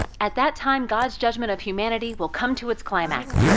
at that time god's judgment of humanity will come to its climax.